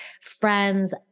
friends